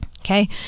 Okay